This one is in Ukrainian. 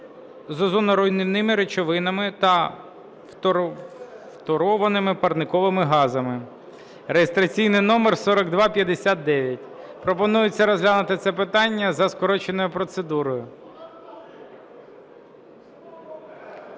з озоноруйнівними речовинами та фторованими парниковими газами (реєстраційний номер 4259). Пропонується розглянути це питання за скороченою процедурою.